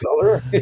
color